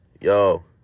Yo